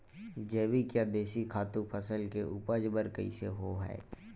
जैविक या देशी खातु फसल के उपज बर कइसे होहय?